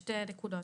שתי נקודות.